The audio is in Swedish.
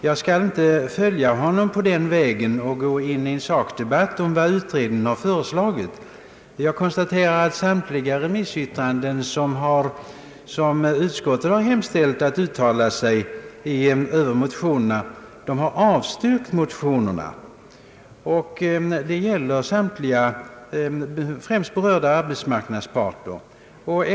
Jag skall inte följa honom på den vägen och gå in i en sakdebatt om vad utredningen har föreslagit. Jag konstaterar att samtliga remissinstanser som utskottet bett att uttala sig över motionerna har avstyrkt desamma. Det gäller främst samtliga berörda arbetsmarknadsparter.